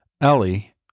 Ellie